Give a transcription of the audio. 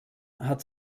hat